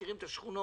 מכירים את השכונות.